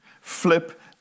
flip